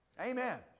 Amen